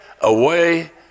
away